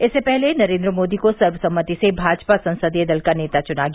इससे पहले नरेंद्र मोदी को सर्वसम्मति से भाजपा संसदीय दल का नेता च्ना गया